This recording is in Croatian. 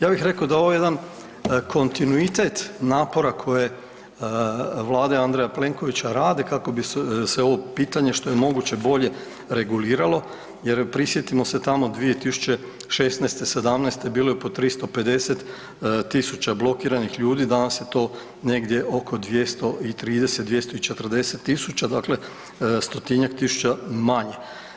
Ja bih rekao da je ovo jedan kontinuitet napora koje Vlade Andreja Plenkovića rade kako bi se ovo pitanje što je moguće bolje reguliralo jer prisjetimo se tamo 2016., '17. bilo je po 350.000 blokiranih ljudi danas je to negdje oko 230, 240.000 dakle stotinjak tisuća manje.